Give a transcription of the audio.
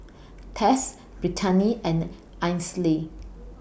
Tess Brittani and Ainsley